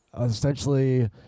essentially